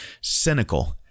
cynical